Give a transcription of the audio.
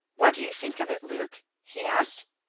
what do you think of it, luke? he asked.